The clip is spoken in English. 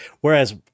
whereas